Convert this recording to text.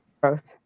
Gross